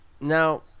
Now